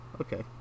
Okay